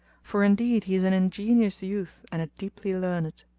for indeed he is an ingenious youth and a deeply learned.